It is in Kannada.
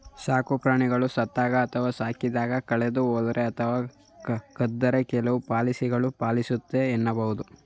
ಸಾಕುಪ್ರಾಣಿಗಳು ಸತ್ತಾಗ ಅಥವಾ ಸಾಕಿದಾಗ ಕಳೆದುಹೋದ್ರೆ ಅಥವಾ ಕದ್ದರೆ ಕೆಲವು ಪಾಲಿಸಿಗಳು ಪಾಲಿಸುತ್ತೆ ಎನ್ನಬಹುದು